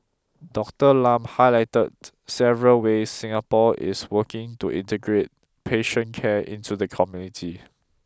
Doctor Lam highlighted several ways Singapore is working to integrate patient care into the community